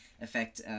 affect